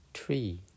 tree